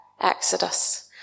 exodus